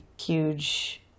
huge